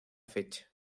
fecha